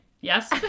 yes